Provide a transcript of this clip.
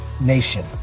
Nation